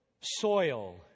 soil